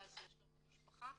במרכז לשלום המשפחה.